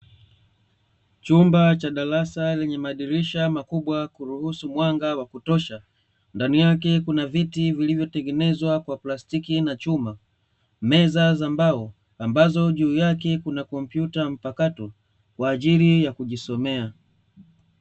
Chumba cha darasa lenye madirisha makubwa kuruhusu mwanga wa kutosha. Ndani yake kuna viti vilivyotengenezwa kwa plastiki na chuma, meza za mbao ambazo juu yake kuna kompyuta mpakato, kwa ajili ya kujisomea.